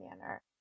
manner